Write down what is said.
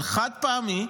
אבל חד-פעמי.